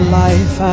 life